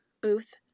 booth